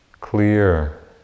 Clear